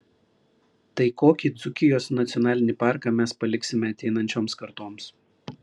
tai kokį dzūkijos nacionalinį parką mes paliksime ateinančioms kartoms